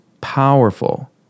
powerful